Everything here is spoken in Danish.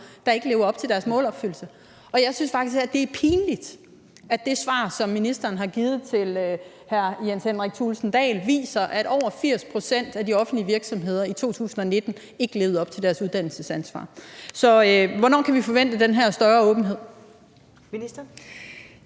der ikke lever op til deres målopfyldelse. Og jeg synes faktisk, at det er pinligt, at det svar, som ministeren har givet til hr. Jens Henrik Thulesen Dahl, viser, at over 80 pct. af de offentlige virksomheder i 2019 ikke levede op til deres uddannelsesansvar. Så hvornår kan vi forvente den her større åbenhed? Kl.